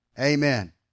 Amen